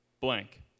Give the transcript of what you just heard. blank